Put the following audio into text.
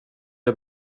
jag